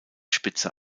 spitze